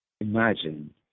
Imagine